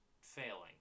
failing